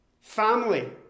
family